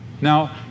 Now